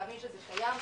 להבין שזה קיים,